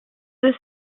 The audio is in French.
deux